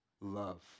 Love